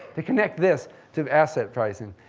to connect this to asset pricing.